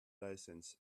license